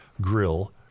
Grill